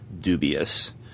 dubious